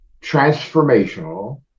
transformational